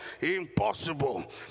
impossible